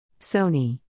Sony